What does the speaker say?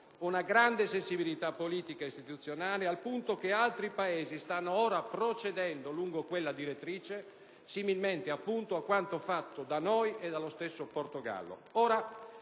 una grande sensibilità politica ed istituzionale, al punto che altri Paesi stanno ora procedendo lungo quella direttrice, similmente appunto a quanto fatto da noi e dallo stesso Portogallo.